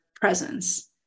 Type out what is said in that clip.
presence